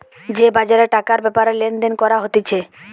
যে বাজারে টাকার ব্যাপারে লেনদেন করা হতিছে